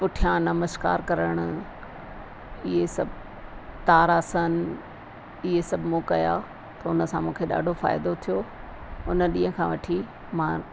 पुठियां नमस्कारु करणु इहे सभु ताड़ासन इहे सभु मूं कया त उन सां मूंखे ॾाढो फ़ाइदो थियो उन ॾींह खां वठी मां